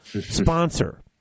sponsor